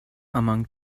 among